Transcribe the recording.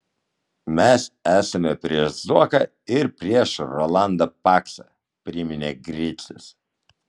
mes esame prieš zuoką ir prieš rolandą paksą priminė gricius